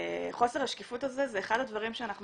חוסר השקיפות הזה זה אחד הדברים שאנחנו